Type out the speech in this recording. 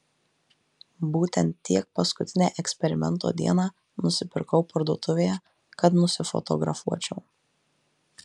būtent tiek paskutinę eksperimento dieną nusipirkau parduotuvėje kad nusifotografuočiau